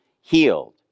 healed